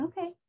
Okay